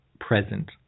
present